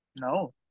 No